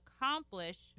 accomplish